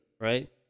right